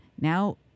Now